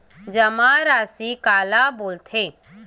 जमा राशि काला बोलथे?